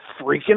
freaking